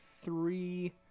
three